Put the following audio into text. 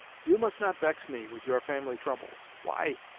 you must not vex me with your family troubles. why,